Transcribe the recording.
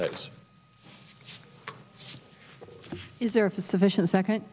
that is there a physician second